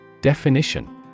Definition